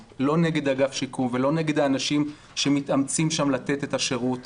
אגף השיקום ולא נגד האנשים שמתאמצים שם לתת את השירות,